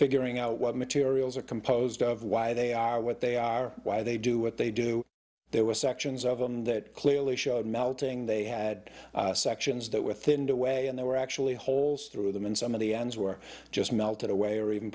figuring out what materials are composed of why they are what they are why they do what they do there were sections of them that clearly showed melting they had sections that within the way and there were actually holes through them and some of the ends were just melted away or even